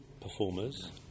performers